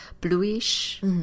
bluish